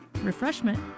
refreshment